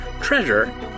treasure